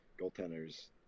goaltenders